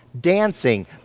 dancing